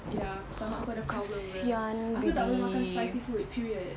ya stomach aku ada problem bro aku tak boleh makan spicy food period